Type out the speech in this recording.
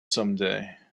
someday